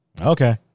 okay